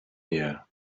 here